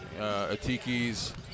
Atikis